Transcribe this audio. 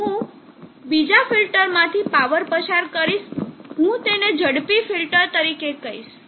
હું બીજા ફિલ્ટરમાંથી પાવર પસાર કરીશ અને હું તેને ઝડપી ફિલ્ટર તરીકે કહીશ